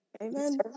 Amen